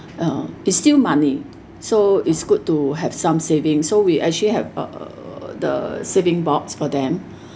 uh it's still money so it's good to have some savings so we actually have uh the saving box for them